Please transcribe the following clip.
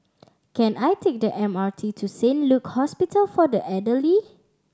can I take the M R T to Saint Luke Hospital for the Elderly